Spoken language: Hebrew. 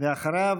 ואחריו,